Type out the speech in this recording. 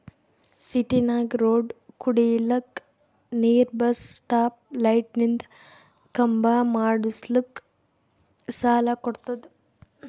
ಸಿಟಿನಾಗ್ ರೋಡ್ ಕುಡಿಲಕ್ ನೀರ್ ಬಸ್ ಸ್ಟಾಪ್ ಲೈಟಿಂದ ಖಂಬಾ ಮಾಡುಸ್ಲಕ್ ಸಾಲ ಕೊಡ್ತುದ